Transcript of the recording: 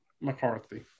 McCarthy